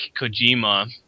Kojima